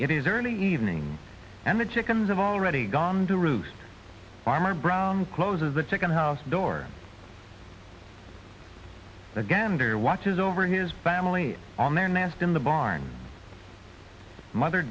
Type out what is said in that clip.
it is early evening and the chickens have already gone to roost farmer brown closes the chicken house door the gander watches over his family on their nest in the barn mother